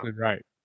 right